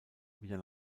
wieder